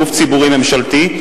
גוף ציבורי ממשלתי,